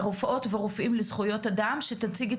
מרופאות ורופאים לזכויות אדם, שתציג את